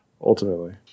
ultimately